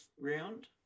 round